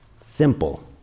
Simple